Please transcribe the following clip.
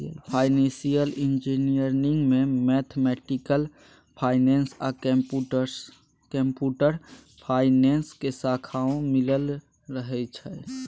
financial engineering में mathematical finance आ computational finance के शाखाओं मिलल रहइ छइ